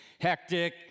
Hectic